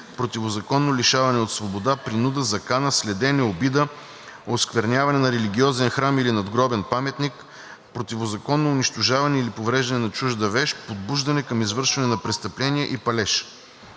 противозаконно лишаване от свобода, принуда, закана, следене, обида, оскверняване на религиозен храм или надгробен паметник, противозаконно унищожаване или повреждане на чужда вещ, подбуждане към извършване на престъпление и палеж.